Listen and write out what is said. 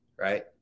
Right